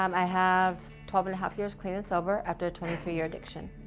um i have twelve and a half years clean and sober after a twenty three year addiction.